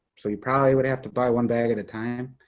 so you probably would have to buy one bag at a time,